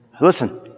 Listen